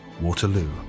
Waterloo